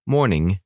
Morning